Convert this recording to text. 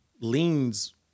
leans